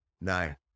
Nine